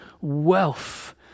wealth